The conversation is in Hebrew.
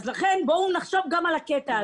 לכן בואו נחשוב גם על הקטע הזה.